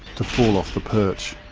to fall off the perch.